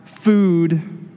food